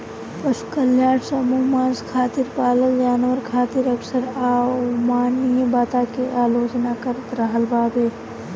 पशु कल्याण समूह मांस खातिर पालल जानवर खातिर अक्सर अमानवीय बता के आलोचना करत रहल बावे